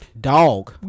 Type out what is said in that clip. Dog